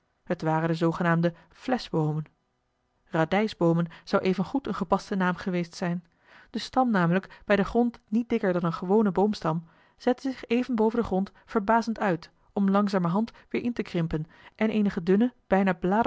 het waren de zoogenaamde fleschboomen radijsboomen zou evengoed een gepaste naam geweest zijn de stam namelijk bij den grond niet dikker dan een gewone boomstam zette zich even boven den grond verbazend uit om langzamerhand weer in te krimpen en eenige dunne bijna